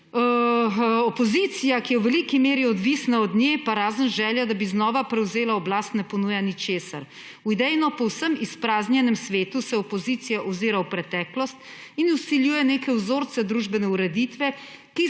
»Opozicija, ki je v veliki meri odvisna od nje, pa razen želje, da bi znova prevzela oblast, ne ponuja ničesar. V idejno povsem izpraznjenem svetu se opozicija ozira v preteklost in vsiljuje neke vzorce družbene ureditve,